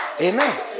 Amen